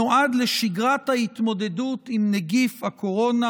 שנועד לשגרת ההתמודדות עם נגיף הקורונה,